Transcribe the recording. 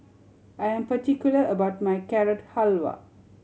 I am particular about my Carrot Halwa